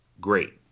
great